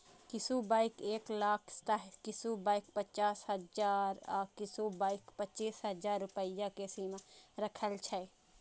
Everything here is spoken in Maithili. किछु बैंक एक लाख तं किछु बैंक पचास हजार आ किछु बैंक पच्चीस हजार रुपैया के सीमा राखै छै